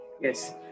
yes